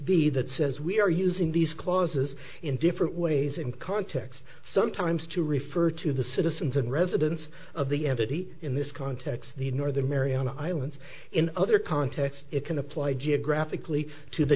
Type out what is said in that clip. b that says we are using these clauses in different ways in context sometimes to refer to the citizens and residents of the entity in this context the northern mariana islands in other contexts it can apply geographically to the